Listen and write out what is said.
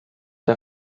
der